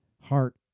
heart